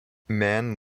mann